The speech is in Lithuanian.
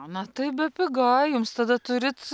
na tai bepiga jums tada turit